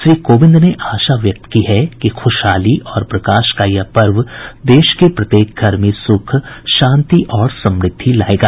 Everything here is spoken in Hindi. श्री कोविंद ने आशा व्यक्त की है कि खुशहाली और प्रकाश का यह महान पर्व देश के प्रत्येक घर में सुख शांति और समृद्धि लाएगा